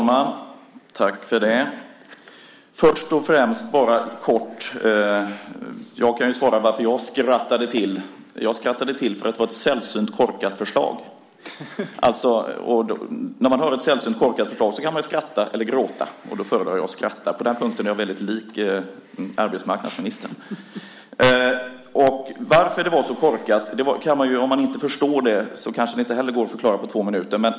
Herr talman! Jag kan svara varför jag skrattade till. Jag skrattade till för att det var ett sällsynt korkat förslag. När man hör ett sällsynt korkat förslag kan man skratta eller gråta. Då föredrar jag att skratta. På den punkten är jag väldigt lik arbetsmarknadsministern. Om man inte förstår varför det var så korkat kanske det inte heller går att förklara på två minuters talartid.